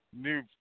New